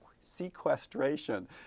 sequestration